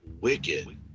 wicked